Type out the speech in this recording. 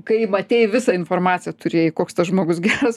kai matei visą informaciją turėjai koks tas žmogus geras